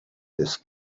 this